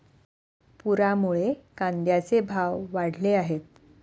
पुरामुळे कांद्याचे भाव वाढले आहेत